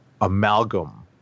amalgam